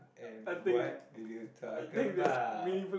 and what did you talk about